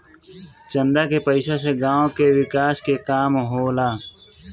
चंदा के पईसा से गांव के विकास के काम होला